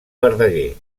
verdaguer